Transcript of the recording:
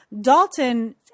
Dalton